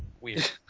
Weird